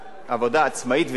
עבודה עצמאית ונפרדת.